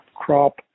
crop